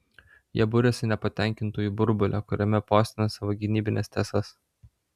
jie buriasi nepatenkintųjų burbule kuriame postina savo gynybines tiesas